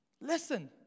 Listen